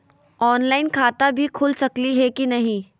Online खाता भी खुल सकली है कि नही?